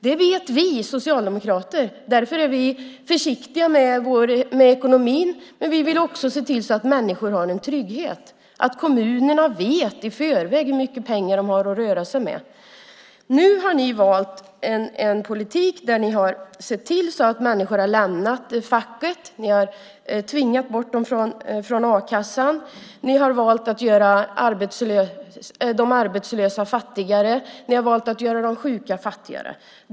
Det vet vi socialdemokrater, och därför är vi försiktiga med ekonomin. Vi vill ändå se till att människor har en trygghet och att kommunerna i förväg vet hur mycket pengar de har att röra sig med. Nu har ni valt en politik som har inneburit att människor har lämnat facket. Ni har tvingat bort dem från a-kassan. Ni har valt att göra de arbetslösa och de sjuka fattigare.